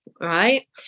right